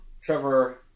Trevor